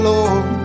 Lord